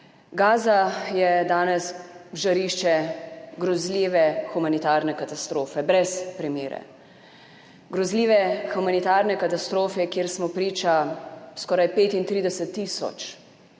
Gaza je danes žarišče grozljive humanitarne katastrofe brez primere. Grozljive humanitarne katastrofe, kjer smo priča skoraj 35 tisoč